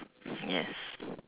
yes